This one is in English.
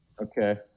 Okay